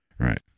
Right